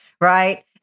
Right